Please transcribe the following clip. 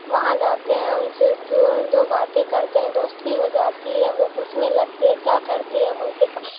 وہاں جاتے ہیں ان سے دو دو باتیں کرتے ہیں دوستی ہو جاتی ہے وہ پوچھنے لگتی ہے کیا کرتی ہے بولتے